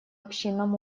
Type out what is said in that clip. общинном